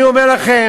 אני אומר לכם,